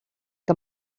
que